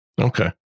Okay